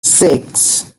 six